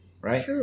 right